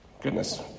Goodness